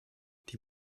die